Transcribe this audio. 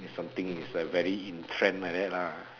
something is like very in trend like that lah